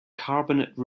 carbonate